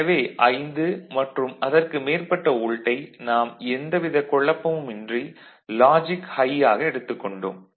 எனவே 5 மற்றும் அதற்கு மேற்பட்ட வோல்ட்டை நாம் எந்த வித குழப்பமுமின்றி லாஜிக் ஹை ஆக எடுத்துக் கொண்டோம்